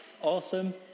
Awesome